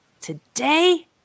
today